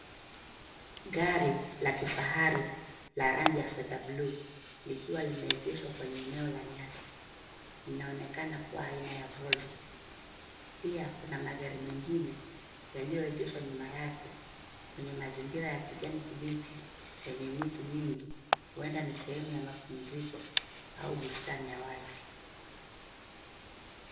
Gari la kifahari la rangi ya fedha buluu likiwa limeegeshwa kwenye eneo la nyasi, linaonekana kuwa aina ya Volvo. Pia, kuna magari mengine yaliyoegeshwa nyuma yake kwenye mazingira ya kijani kibichi yenye miti mingi, huenda ni sehemu ya mapumziko au bustani ya wazi.